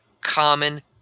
common